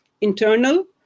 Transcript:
internal